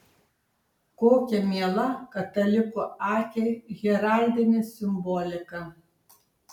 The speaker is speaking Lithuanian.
kokia miela kataliko akiai heraldinė simbolika